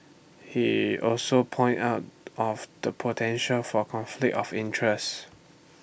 he also pointed out off the potential for conflict of interest